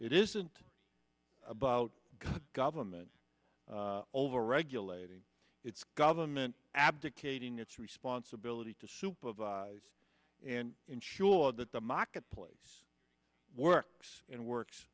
it isn't about government overregulating it's government abdicating its responsibility to supervise and ensure that the marketplace works and works